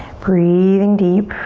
breathing deep.